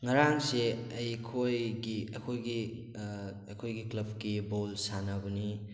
ꯉꯔꯥꯡꯁꯦ ꯑꯩꯈꯣꯏꯒꯤ ꯑꯩꯈꯣꯏꯒꯤ ꯀ꯭ꯂꯕꯀꯤ ꯕꯣꯜ ꯁꯥꯟꯅꯕꯅꯤ